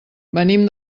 venim